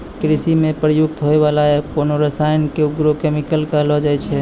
कृषि म प्रयुक्त होय वाला कोनो रसायन क एग्रो केमिकल कहलो जाय छै